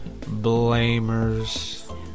blamers